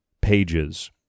pages